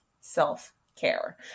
self-care